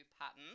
pattern